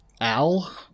Al